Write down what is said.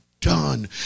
done